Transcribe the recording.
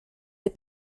des